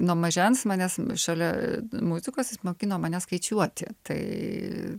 nuo mažens manęs šalia muzikos jis mokino mane skaičiuoti tai